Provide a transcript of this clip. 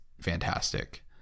fantastic